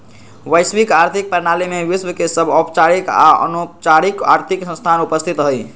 वैश्विक आर्थिक प्रणाली में विश्व के सभ औपचारिक आऽ अनौपचारिक आर्थिक संस्थान उपस्थित हइ